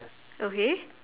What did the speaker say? okay